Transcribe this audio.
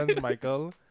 Michael